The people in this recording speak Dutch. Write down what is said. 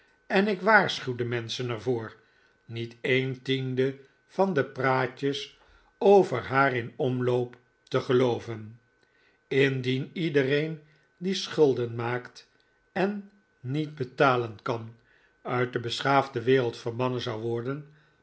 en ik waarschuw de menschen er voor niet een tiende van de praatjes over haar in omloop te gelooven indien iedereen die schulden maakt en niet betalen kan uit de beschaafde wereld verbannen zou worden